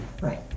right